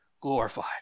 glorified